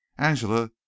angela